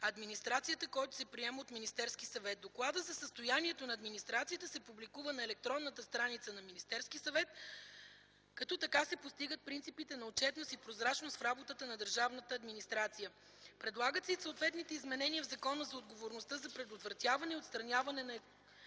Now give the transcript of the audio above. администрацията, който се приема от Министерския съвет. Докладът за състоянието на администрацията се публикува на електронната страница на Министерския съвет, като така се постигат принципите на отчетност и прозрачност в работата на държавната администрация. Предлагат се и съответните изменения в Закона за отговорността за предотвратяване и отстраняване на екологични